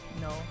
no